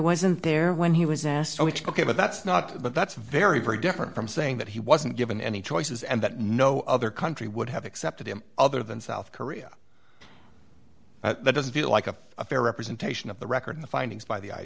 wasn't there when he was asked which became but that's not but that's very very different from saying that he wasn't given any choices and that no other country would have accepted him other than south korea that doesn't feel like a fair representation of the record findings by the i